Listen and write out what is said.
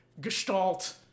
gestalt